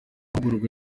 mahugurwa